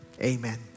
Amen